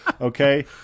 Okay